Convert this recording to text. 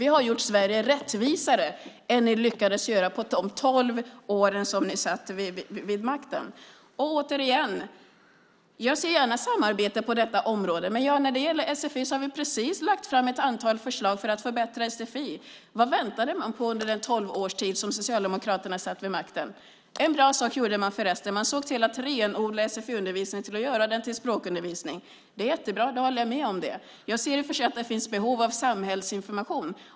Vi har gjort Sverige rättvisare än vad ni lyckades göra under de tolv år som ni satt vid makten. Återigen: Jag ser gärna samarbete på detta område. Men vi har precis lagt fram ett antal förslag för att förbättra sfi. Vad väntade man på under de tolv år som Socialdemokraterna satt vid makten? En bra sak gjorde man. Man såg till att renodla sfi-undervisningen och gjorde den till språkundervisning. Det är jättebra. Jag håller med om det. Jag ser i och för sig att det finns behov av samhällsinformation.